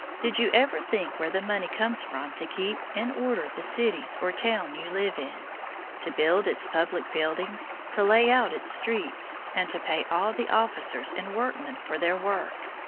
did you ever think where the money comes from to keep in order the cities or town you live in to build its public buildings, to lay out its streets, and to pay all the officers and workmen for their work?